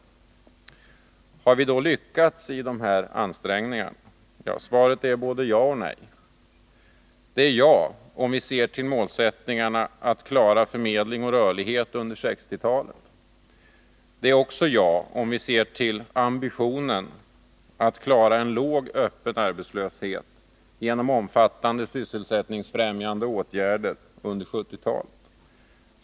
Har vi då lyckats i våra ansträngningar? Svaret är både ja och nej — ja om det gäller målsättningarna att klara förmedling och rörlighet under 1960-talet och också ja, om vi ser till ambitionen att klara en låg öppen arbetslöshet genom omfattande sysselsättningsfrämjande åtgärder under 1970-talet.